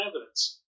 evidence